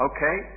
Okay